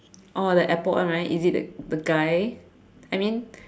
oh the airport one right is it the the guy I mean